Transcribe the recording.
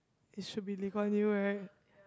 it should be Lee-Kuan-Yew right